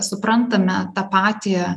suprantame tą patį